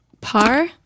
Par